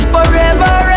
Forever